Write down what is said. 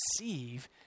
receive